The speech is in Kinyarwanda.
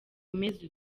umeze